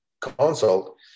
consult